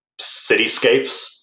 cityscapes